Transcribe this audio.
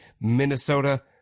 Minnesota